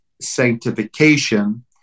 sanctification